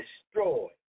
destroyed